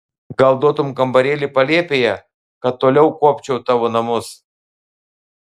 gal duotum kambarėlį palėpėje kad toliau kuopčiau tavo namus